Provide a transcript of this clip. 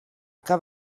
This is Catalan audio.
que